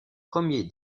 premier